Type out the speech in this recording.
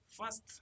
first